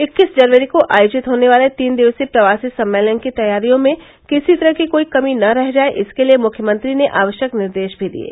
इक्कीस जनवरी को आयोजित होने वाले तीन दिवसीय प्रवासी सम्मेलन की तैयारियों में किसी तरह की कोई कमी न रह जाए इसके लिये मृख्यमंत्री ने आवश्यक निर्देश भी दिये